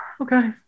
okay